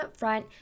upfront